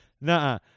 Nah